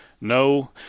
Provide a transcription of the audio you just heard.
No